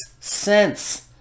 cents